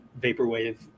vaporwave